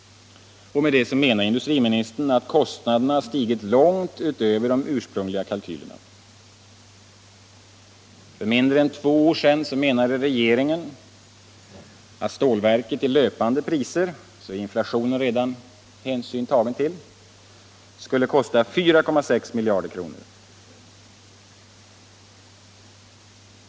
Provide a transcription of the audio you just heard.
Med det menar industriministern att kostnaderna stigit långt utöver de ursprungliga kalkylerna. För mindre än två år sedan menade regeringen att stålverket i löpande priser — hänsyn var alltså redan tagen till inflationen — skulle kosta 4,6 miljarder kronor.